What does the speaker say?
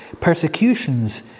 persecutions